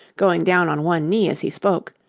going down on one knee as he spoke,